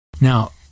Now